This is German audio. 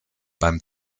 beim